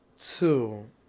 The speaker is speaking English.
Two